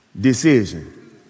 decision